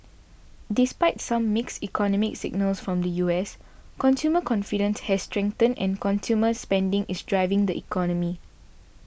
despite some mixed economic signals from the U S consumer confident has strengthened and consumer spending is driving the economy